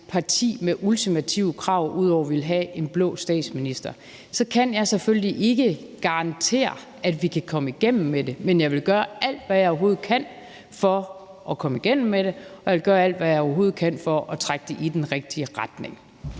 parti med ultimative krav ud over at ville have en blå statsminister, så kan jeg selvfølgelig ikke garantere, at vi kan komme igennem med det – men jeg vil gøre alt, hvad jeg overhovedet kan, for at komme igennem med det, og jeg vil gøre alt, hvad jeg overhovedet kan, for at trække det i den rigtige retning.